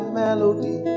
melody